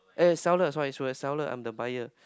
eh seller sorry sorry seller I'm the buyer